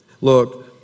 look